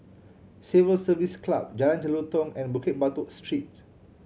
Civil Service Club Jalan Jelutong and Bukit Batok Street